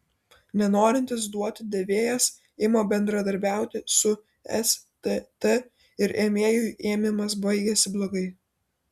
nenorintis duoti davėjas ima bendradarbiauti su stt ir ėmėjui ėmimas baigiasi blogai